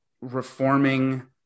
reforming